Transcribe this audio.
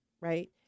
right